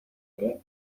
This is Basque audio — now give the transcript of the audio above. ere